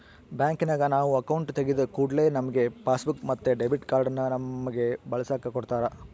ಬ್ಯಾಂಕಿನಗ ನಾವು ಅಕೌಂಟು ತೆಗಿದ ಕೂಡ್ಲೆ ನಮ್ಗೆ ಪಾಸ್ಬುಕ್ ಮತ್ತೆ ಡೆಬಿಟ್ ಕಾರ್ಡನ್ನ ನಮ್ಮಗೆ ಬಳಸಕ ಕೊಡತ್ತಾರ